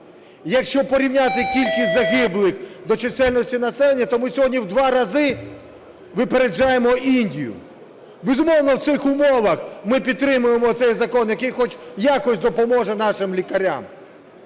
Якщо порівняти кількість загиблих до чисельності населення, то ми сьогодні в два рази випереджаємо Індію. Безумовно, в цих умовах ми підтримаємо цей закон, який хоч якось допоможе нашим лікарям.